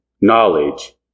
knowledge